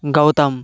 Gautam